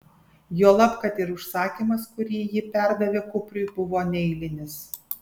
juolab kad ir užsakymas kurį ji perdavė kupriui buvo neeilinis